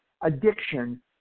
addiction